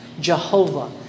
Jehovah